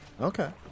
Okay